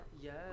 Yes